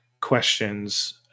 questions